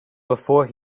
before